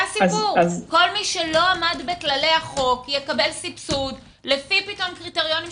כל מי שלא עמד בכללי החוק יקבל סבסוד לפי קריטריונים שתחליט,